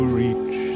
reach